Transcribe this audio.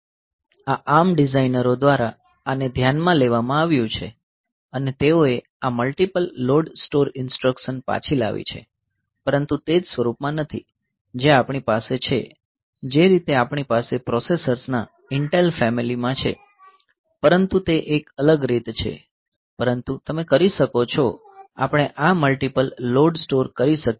આ ARM ડિઝાઇનરો દ્વારા આને ધ્યાન માં લેવામાં આવ્યું છે અને તેઓએ આ મલ્ટીપલ લોડ સ્ટોર ઇન્સટ્રકશન પાછી લાવી છે પરંતુ તે જ સ્વરૂપમાં નથી જે આપણી પાસે છે જે રીતે આપણી પાસે પ્રોસેસર્સના ઇન્ટેલ ફેમિલી માં છે પરંતુ તે એક અલગ રીતે છે પરંતુ તમે કરી શકો છો આપણે આ મલ્ટીપલ લોડ સ્ટોર કરી શકીએ છીએ